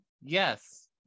yes